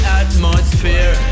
atmosphere